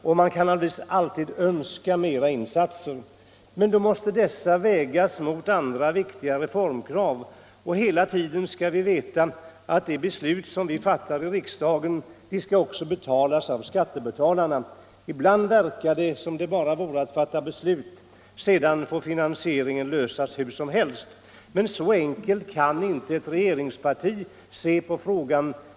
Vi kan naturligtvis alltid önska större insatser, men dessa måste ju vägas mot andra viktiga reformkrav, och hela tiden skall vi veta att de beslut som vi fattar i riksdagen också skall betalas av skattebetalarna. Ibland verkar det som om det bara vore att fatta beslut och sedan får finansieringen ordnas hur som helst, men så enkelt kan inte ett regeringsparti se på frågan.